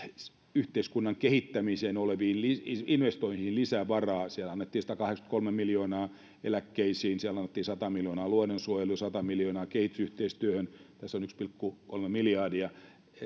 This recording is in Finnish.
yhteiskunnan kehittämiseen oleviin investointeihin lisävaraa siellä annettiin satakahdeksankymmentäkolme miljoonaa eläkkeisiin siellä sanottiin sata miljoonaa luonnonsuojeluun sata miljoonaa kehitysyhteistyöhön tässä on yksi pilkku kolme miljardia